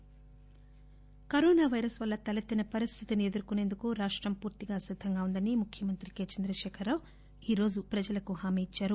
corona ముఖ్యమంత్రి corona virus వల్ల తలెత్తిన పరిస్థితిని ఎదుర్కోనేందుకు రాష్టం పూర్తిగా సిద్దంగా ఉందని ముఖ్యమంత్రి కే చంద్రశేఖర్రావు ఈరోజు ప్రజలకు హామీ ఇచ్చారు